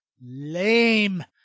lame